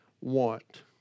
want